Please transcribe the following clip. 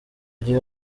gihe